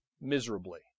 miserably